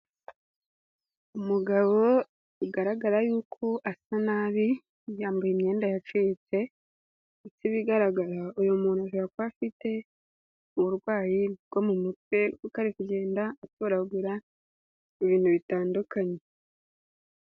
Umugabo bigaragara yuko asa nabi, yambaye imyenda yacitse ndetse ibigaragara uyu muntu ashobora kuba afite uburwayi bwo mu mutwe kuko ari kugenda atoragura ibintu bitandukanye.